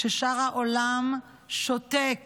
כששאר העולם שותק